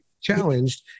challenged